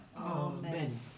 Amen